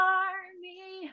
army